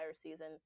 season